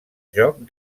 joc